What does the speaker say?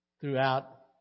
throughout